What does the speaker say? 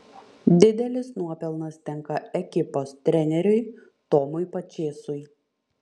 didelis nuopelnas tenka ekipos treneriui tomui pačėsui